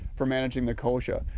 for managing the kochia.